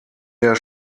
der